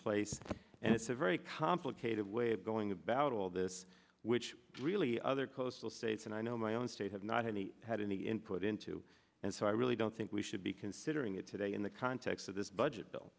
place and it's a very complicated way of going about all this which really other coastal states and i know my own state have not any had any input into and so i really don't think we should be considering it today in the context of this budget bill